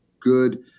good